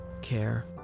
care